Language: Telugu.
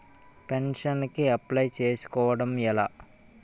పెన్షన్ కి అప్లయ్ చేసుకోవడం ఎలా?